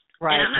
Right